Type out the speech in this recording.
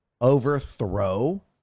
overthrow